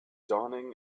dawning